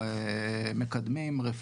אמרו שהם לא מכירים את